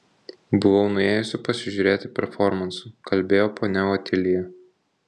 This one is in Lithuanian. buvau nuėjusi pasižiūrėti performansų kalbėjo ponia otilija